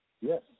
Yes